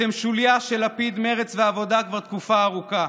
אתם שוליה של לפיד, מרצ והעבודה כבר תקופה ארוכה.